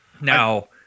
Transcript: Now